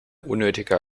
unnötiger